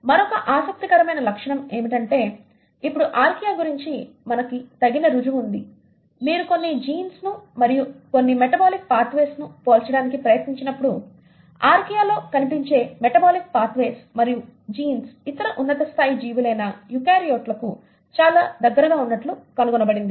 మరొక ఆసక్తికరమైన లక్షణం ఏమిటంటే ఇప్పుడు ఆర్కియా గురించి మనకు తగిన రుజువు ఉంది మీరు కొన్ని జీన్స్ ను మరియు కొన్ని మెటబోలిక్ పాత్ వేస్ ను పోల్చడానికి ప్రయత్నించినప్పుడు ఆర్కియాలో కనిపించే మెటబోలిక్ పాత్ వేస్ మరియు జీన్స్ ఇతర ఉన్నత స్థాయి జీవులైన యూకారియోట్లకు చాలా దగ్గరగా ఉన్నట్లు కనుగొనబడింది